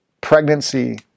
pregnancy